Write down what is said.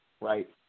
Right